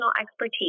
expertise